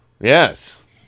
Yes